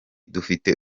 dufite